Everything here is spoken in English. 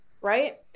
right